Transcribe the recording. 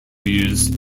use